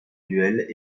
duel